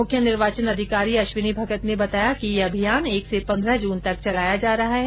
मुख्य निर्वाचन अधिकारी अश्विनी भगत ने बताया कि यह अभियान एक से पन्द्रह जून तक चलाया जा रहा है